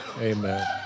Amen